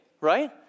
right